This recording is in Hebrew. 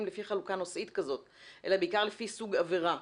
לפי חלוקה נושאית כזאת אלא בעיקר לפי סוג עבירה'.